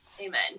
Amen